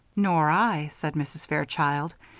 nor i, said mrs. fairchild.